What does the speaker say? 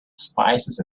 spices